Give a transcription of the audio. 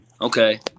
Okay